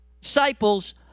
disciples